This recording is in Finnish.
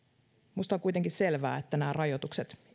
minusta on kuitenkin selvää että nämä rajoitukset